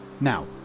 Now